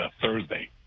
Thursday